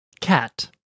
Cat